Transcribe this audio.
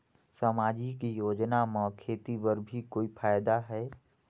समाजिक योजना म खेती बर भी कोई फायदा है?